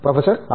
professor R